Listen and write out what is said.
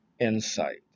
insight